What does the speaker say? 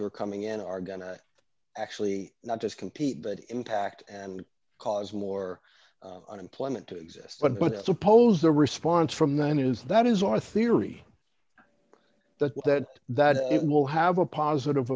who are coming in are going to actually not just complete that impact and cause more unemployment to exist but i suppose the response from the news that is our theory that that that it will have a positive